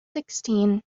sixteen